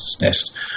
Nest